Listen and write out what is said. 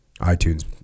iTunes